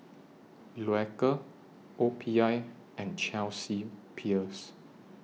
Loacker O P I and Chelsea Peers